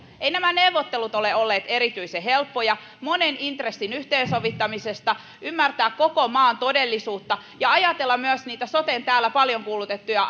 eivät nämä neuvottelut ole olleet erityisen helppoja monen intressin yhteensovittamisessa tulee ymmärtää koko maan todellisuutta ja ajatella myös niitä soten täällä paljon kuulutettuja